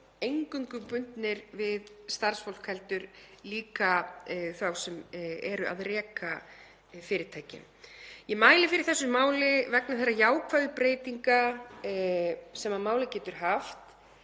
eingöngu bundnir við starfsfólk heldur líka þá sem reka fyrirtækin. Ég mæli fyrir þessu máli vegna þeirra jákvæðu breytinga sem málið getur haft